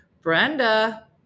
Brenda